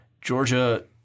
Georgia